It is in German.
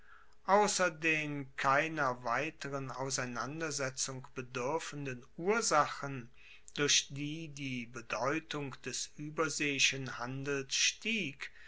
ausser den keiner weiteren auseinandersetzung beduerfenden ursachen durch die die bedeutung des ueberseeischen handels stieg